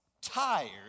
tired